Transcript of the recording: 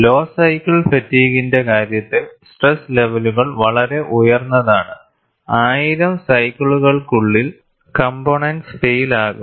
law cycle ഫാറ്റിഗിന്റെ കാര്യത്തിൽ stress ലെവലുകൾ വളരെ ഉയർന്നതാണ് 1000 സൈക്കിളുകൾക്കുള്ളിൽ കംപോണൻറ്സ് ഫൈയിൽ ആകും